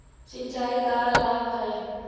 सिंचाई का लाभ है?